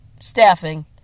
staffing